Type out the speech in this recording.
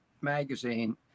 magazine